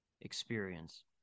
experience